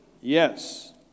Yes